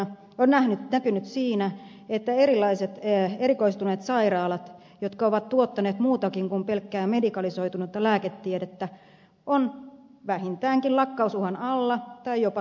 se on näkynyt siinä että erilaiset erikoistuneet sairaalat jotka ovat tuottaneet muutakin kuin pelkkää medikalisoitunutta lääketiedettä ovat vähintäänkin lakkausuhan alla tai jopa lakanneet